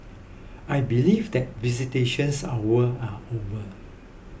I believe that visitations hours are over